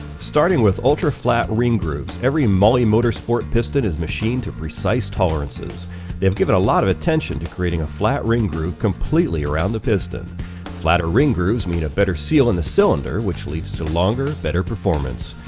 starting with ultra-flat ring grooves every mahle motorsport piston is machined to precide tolerances they've given a lot of attention to creating a flat ring groove completely around the piston flatter ring grooves mean a better seal in the cylinder which leads to longer, better, performance.